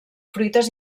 fruites